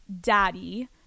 daddy